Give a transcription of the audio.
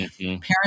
parents